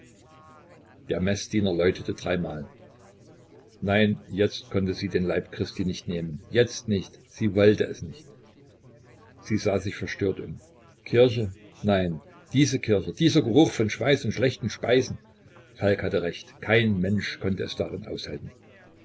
der meßdiener läutete dreimal nein jetzt konnte sie den leib christi nicht nehmen jetzt nicht sie wollte es nicht sie sah sich verstört um kirche nein diese kirche dieser geruch von schweiß und schlechten speisen falk hatte recht kein mensch konnte es darin aushalten